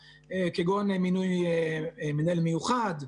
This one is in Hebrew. כגון: מינוי מנהל מיוחד,